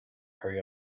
hurry